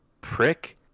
prick